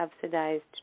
subsidized